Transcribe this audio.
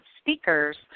speakers